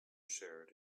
shared